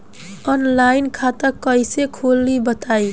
Online खाता कइसे खोली बताई?